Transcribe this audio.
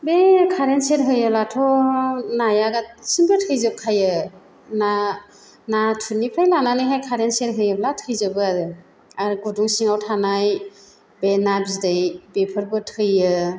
बे कारेन स'ख होयोलाथ' नाया गासिनबो थैजोबखायो नाथुरनिफ्राय लानानै कारेन स'ख होयोला थैजोबखायो आरो आरो गुदुं सिङाव थानाय बे ना बिदै बेफोरबो थैयो